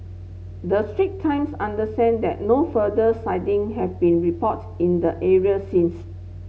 the Strait Times understand that no further sighting have been reported in the areas since